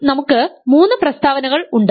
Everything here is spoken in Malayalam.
ഇപ്പോൾ നമുക്ക് മൂന്ന് പ്രസ്താവനകൾ ഉണ്ട്